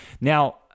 Now